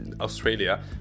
Australia